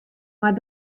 mar